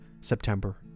September